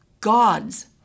God's